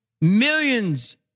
millions